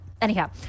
Anyhow